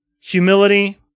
humility